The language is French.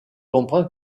comprend